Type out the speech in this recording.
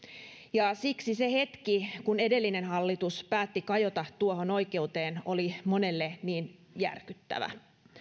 siksi se hetki kun edellinen hallitus päätti kajota tuohon oikeuteen oli monelle niin järkyttävä